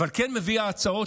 אבל כן מביאה הצעות,